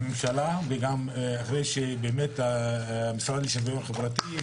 אחרי שהמשרד לשוויון חברתי,